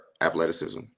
athleticism